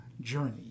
journey